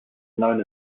known